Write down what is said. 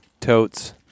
totes